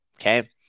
Okay